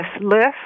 list